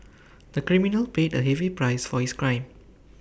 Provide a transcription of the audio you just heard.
the criminal paid A heavy price for his crime